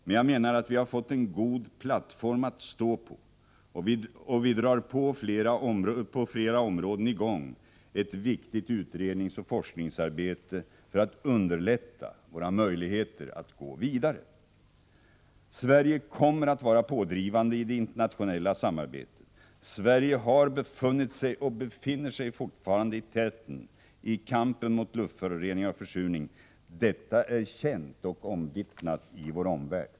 Men jag menar att vi har fått en god plattform att stå på, och vi drar på flera områden i gång ett viktigt utredningsoch forskningsarbete för att underlätta våra möjligheter att gå vidare. Sverige kommer att vara pådrivande i det internationella samarbetet. Sverige har befunnit sig och befinner sig fortfarande i täten i kampen mot luftföroreningar och försurning. Detta är känt och omvittnat i vår omvärld.